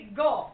go